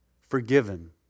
forgiven